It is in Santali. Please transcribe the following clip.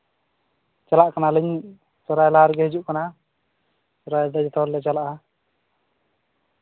ᱪᱟᱞᱟᱜ ᱠᱟᱱᱟᱞᱤᱧ ᱥᱚᱨᱦᱟᱭ ᱞᱟᱦᱟ ᱨᱮᱜᱮ ᱦᱤᱡᱩᱜ ᱠᱟᱱᱟ ᱥᱚᱨᱦᱟᱭ ᱨᱮᱫᱚ ᱡᱚᱛᱚ ᱦᱚᱲᱞᱮ ᱪᱟᱞᱟᱜᱼᱟ